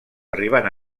arribant